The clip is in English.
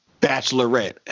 Bachelorette